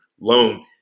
loan